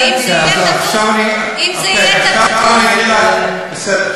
אם זה יהיה כתוב, בסדר.